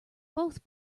both